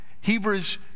Hebrews